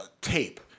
tape